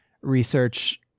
research